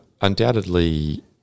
undoubtedly